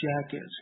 jacket